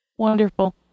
wonderful